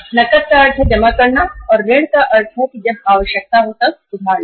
नकद का अर्थ है जमा करना और क्रेडिट का अर्थ है जब आवश्यकता हो तब उधार लेना